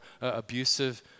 abusive